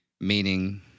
meaning